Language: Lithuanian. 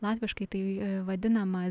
latviškai tai vadinama